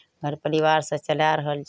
घर परिवार से चलाए रहल